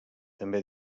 també